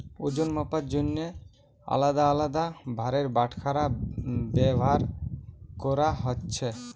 ওজন মাপার জন্যে আলদা আলদা ভারের বাটখারা ব্যাভার কোরা হচ্ছে